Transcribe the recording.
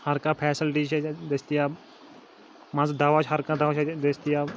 ہَر کانٛہہ فٮ۪سَلٹی چھِ اَسہِ دٔستِیاب مان ژٕ دَوا چھُ ہَر کانٛہہ دوا چھُ اَتہِ دٔستِیاب